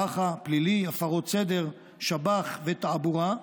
פח"ע, פלילי, הפרות סדר, שב"ח ותעבורה,